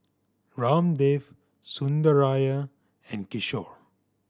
Ramdev Sundaraiah and Kishore